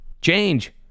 Change